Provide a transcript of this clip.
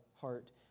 heart